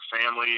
Family